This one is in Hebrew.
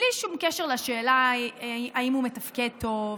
בלי שום קשר לשאלה אם הוא מתפקד טוב,